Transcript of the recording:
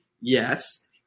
Yes